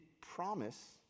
promise